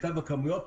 בכתב הכמויות,